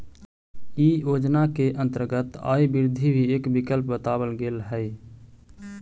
इ योजना के अंतर्गत आय वृद्धि भी एक विकल्प बतावल गेल हई